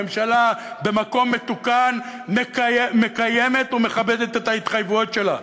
ממשלה במקום מתוקן מקיימת ומכבדת את ההתחייבויות שלה.